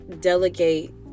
delegate